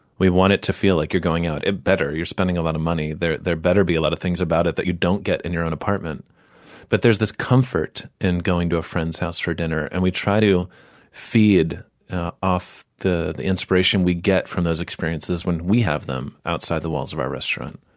we want it to feel like you're going out. it had better you're spending a lot of money. there had better be a lot of things about it that you don't get in your own apartment but there's this comfort in going to a friend's house for dinner, and we try to feed off the the inspiration we get from those experiences when we have them, outside the walls of our restaurant.